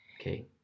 Okay